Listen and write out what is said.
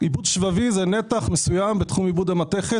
עיבוד שבבי זה נתח מסוים בתחום עיבוד המתכת,